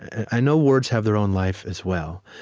i know words have their own life as well,